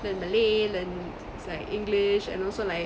learn malay learn it's like english and also like